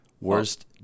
Worst